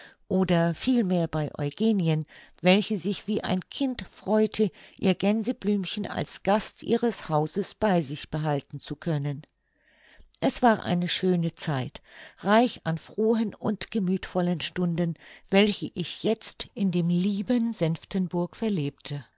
oder vielmehr bei eugenien welche sich wie ein kind freute ihr gänseblümchen als gast ihres hauses bei sich behalten zu können es war eine schöne zeit reich an frohen und gemüthvollen stunden welche ich jetzt in dem lieben senftenburg verlebte